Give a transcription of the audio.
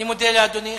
אני מודה לאדוני.